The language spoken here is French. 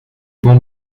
bombe